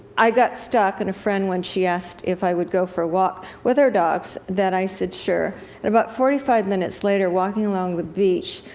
i got stuck, and a friend, when she asked if i would go for a walk with her dogs, that i said, sure. and about forty five minutes later, walking along the beach,